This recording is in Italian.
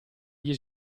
gli